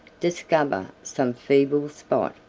discover some feeble spot,